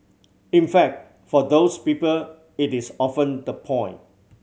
in fact for those people it is often the point